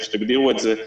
איך שתגדירו את זה,